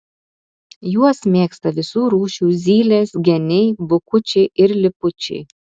juos mėgsta visų rūšių zylės geniai bukučiai ir lipučiai